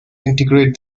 integrate